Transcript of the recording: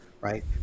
Right